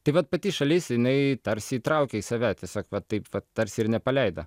tai vat pati šalis jinai tarsi įtraukia į save tiesiog va taip tarsi ir nepaleido